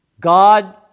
God